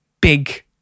big